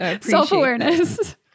Self-awareness